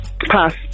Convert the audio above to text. Pass